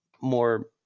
more –